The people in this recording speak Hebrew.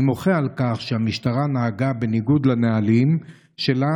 אני מוחה על כך שהמשטרה נהגה בניגוד לנהלים שלה,